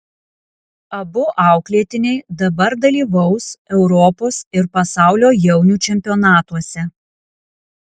abu auklėtiniai dabar dalyvaus europos ir pasaulio jaunių čempionatuose